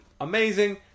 amazing